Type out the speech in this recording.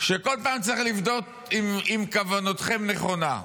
שכל פעם צריך לבדוק אם כוונתכם נכונה.